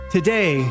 Today